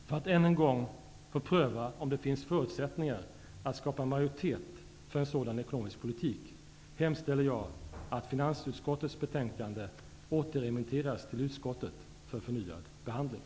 För att än en gång få pröva om förutsättningar finns för att skapa majoritet för en sådan ekonomisk politik hemställer jag att finansutskottets betänkande återremitteras till utskottet för vidare behandling.